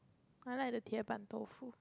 I like the tie ban dou-fu